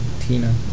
Tina